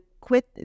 quit